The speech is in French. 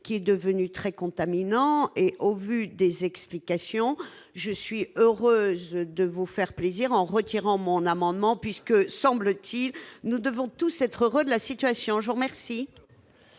qui est devenue très contaminant, et au vu des explications, je suis heureuse de vous faire plaisir en retirant mon amendement, puisque, semble-t-il, nous devons tous être heureux de la situation, je vous remercie.